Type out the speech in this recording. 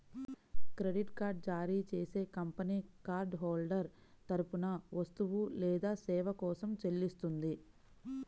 credit card జారీ చేసే company card holder తరపున వస్తువు లేదా సేవ కోసం చెల్లిస్తుంది